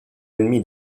ennemi